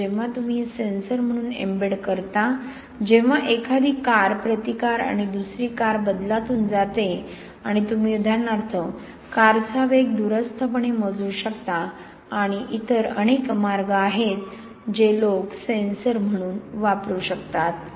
म्हणून जेव्हा तुम्ही हे सेन्सर म्हणून एम्बेड करता जेव्हा एखादी कार प्रतिकार आणि दुसरी कार बदलातून जाते आणि तुम्ही उदाहरणार्थ कारचा वेग दूरस्थपणे मोजू शकता आणि इतर अनेक मार्ग आहेत जे लोक सेन्सर म्हणून वापरू शकतात